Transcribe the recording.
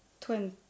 twenty